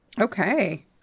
Okay